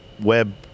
web